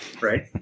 Right